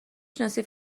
شناسی